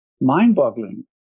mind-boggling